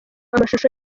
amashusho